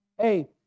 Hey